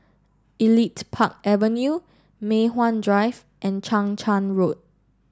Elite Park Avenue Mei Hwan Drive and Chang Charn Road